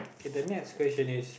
K the next question is